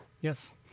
Yes